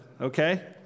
Okay